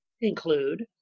include